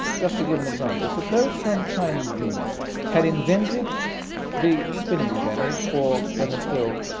just to give an example, suppose some chinese genius had invented the spinning jenny, or better still,